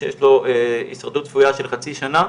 מי שיש לו הישרדות צפויה של חצי שנה,